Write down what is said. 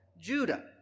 Judah